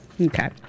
Okay